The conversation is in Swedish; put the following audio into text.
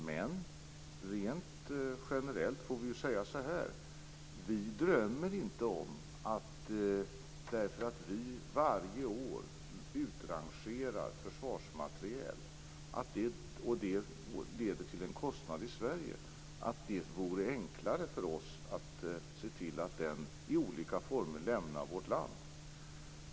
Men rent generellt vill jag säga så här: Vi drömmer inte om att det, på grund av att vi varje år utrangerar försvarsmateriel och att detta leder till en kostnad i Sverige, skulle vara enklare för oss att se till att denna kostnad i olika former lämnar vårt land.